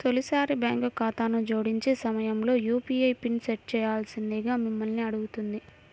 తొలిసారి బ్యాంక్ ఖాతాను జోడించే సమయంలో యూ.పీ.ఐ పిన్ని సెట్ చేయాల్సిందిగా మిమ్మల్ని అడుగుతుంది